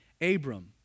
Abram